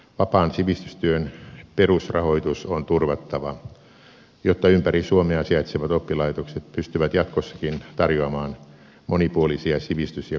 vapaan sivistystyön perusrahoitus on turvattava jotta ympäri suomea sijaitsevat oppilaitokset pystyvät jatkossakin tarjoamaan monipuolisia sivistys ja koulutuspalveluja